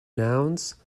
nouns